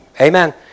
Amen